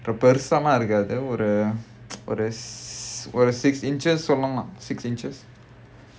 பெருசாலாம் இருக்காது:perusalaam irukkaathu ஒரு ஒரு:oru oru six inches சொல்லலாம்:sollalaam six inches